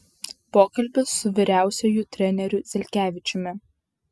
pokalbis su vyriausiuoju treneriu zelkevičiumi